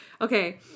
Okay